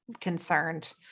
concerned